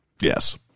Yes